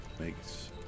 makes